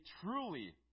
truly